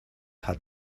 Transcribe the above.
hat